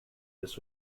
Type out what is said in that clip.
this